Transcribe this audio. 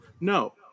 no